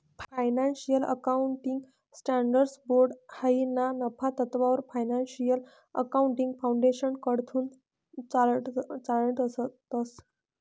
financial accounting standards board हायी ना नफा तत्ववर फायनान्शियल अकाउंटिंग फाउंडेशनकडथून चालाडतंस